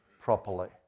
properly